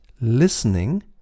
listening